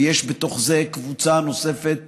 ויש בתוך זה קבוצה נוספת